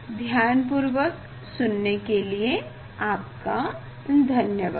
ध्यान पूर्वक सुनने के लिए आपका धन्यवाद